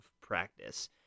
practice